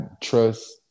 trust